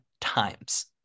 times